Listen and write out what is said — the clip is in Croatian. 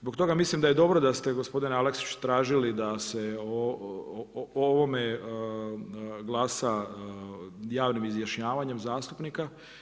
Zbog toga mislim da je dobro da ste gospodina Aleksića tražili da se o ovome glasa javnim izjašnjavanjem zastupnika.